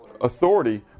Authority